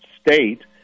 state